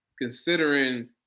considering